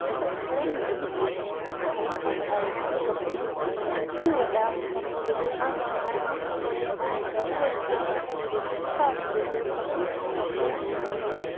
जूनागढ़ में घर खां ॿाहिरि निकिरणु घटि वॾा मोकिलिंदा आहिनि हिन करे घर वटि ई असां ब्यूटी पार्लर जो कमु कंदा आहियूं